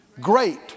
great